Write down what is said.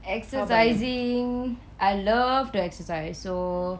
exercising I love to exercise so